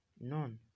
none